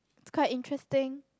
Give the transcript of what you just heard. it's quite interesting